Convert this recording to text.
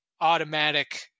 automatic